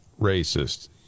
racist